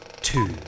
two